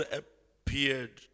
appeared